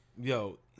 Yo